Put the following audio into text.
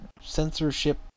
censorship